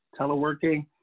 teleworking